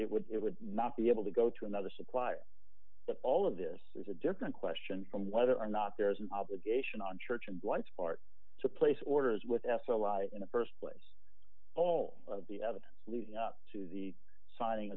it would it would not be able to go to another supplier but all of this is a different question from whether or not there is an obligation on church and blood sport to place orders with s l i in the st place all of the evidence leading up to the signing